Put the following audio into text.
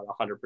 100%